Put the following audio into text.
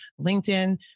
LinkedIn